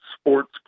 sports